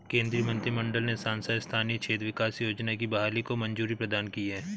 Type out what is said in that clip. केन्द्रीय मंत्रिमंडल ने सांसद स्थानीय क्षेत्र विकास योजना की बहाली को मंज़ूरी प्रदान की है